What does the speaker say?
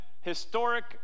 historic